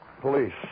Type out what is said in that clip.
Police